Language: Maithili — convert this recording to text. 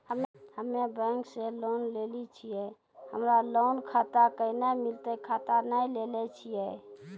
हम्मे बैंक से लोन लेली छियै हमरा लोन खाता कैना मिलतै खाता नैय लैलै छियै?